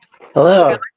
Hello